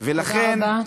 ולכן, תודה רבה.